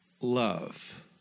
love